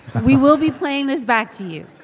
we will be playing this back to you.